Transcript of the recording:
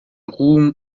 ruhm